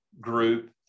group